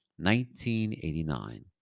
1989